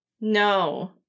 No